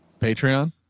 Patreon